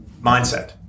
mindset